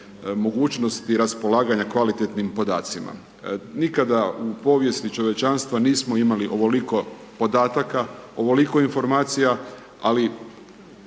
mogućnosti raspolaganja kvalitetnim podacima. Nikada u povijesti čovječanstva nismo imali ovoliko podataka, ovoliko informacija, ali